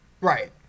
Right